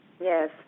Yes